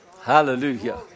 Hallelujah